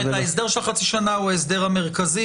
זאת אומרת שההסדר של החצי שנה הוא ההסדר המרכזי,